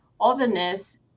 otherness